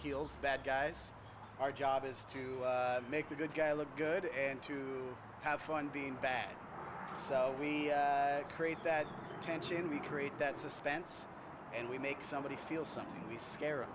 heels bad guys our job is to make the good guy look good and to have fun being bad so we create that tension we create that suspense and we make somebody feel something the scar